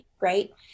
Right